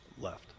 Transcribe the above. left